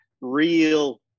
real